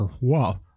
whoa